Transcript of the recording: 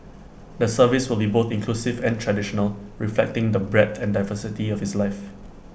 the service will be both inclusive and traditional reflecting the breadth and diversity of his life